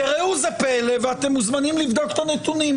וראו זה פלא, אתם מוזמנים לבדוק את הנתונים,